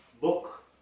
book